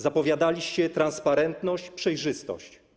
Zapowiadaliście transparentność, przejrzystość.